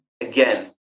again